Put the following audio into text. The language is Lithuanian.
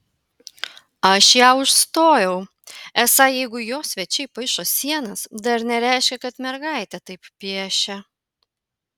aš ją užstojau esą jeigu jo svečiai paišo sienas dar nereiškia kad mergaitė taip piešia